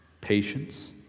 patience